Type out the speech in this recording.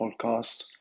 podcast